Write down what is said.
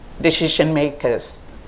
decision-makers